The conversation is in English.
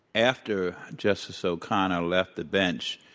after justice o'connor left the bench,